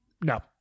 No